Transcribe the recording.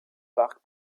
parcs